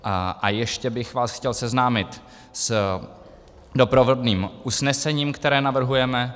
A ještě bych vás chtěl seznámit s doprovodným usnesením, které navrhujeme.